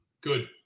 good